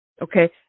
Okay